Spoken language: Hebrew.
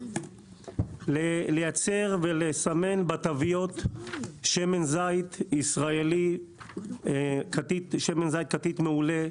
לייצר ולסמן בתוויות שמן זית ישראלי כתית מעולה,